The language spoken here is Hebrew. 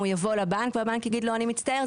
שהוא יבוא לבנק והבנק יגיד לו: אני מצטער,